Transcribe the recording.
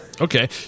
Okay